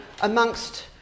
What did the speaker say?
Amongst